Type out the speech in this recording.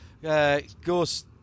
Goes